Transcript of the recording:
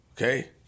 Okay